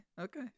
okay